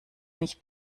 nicht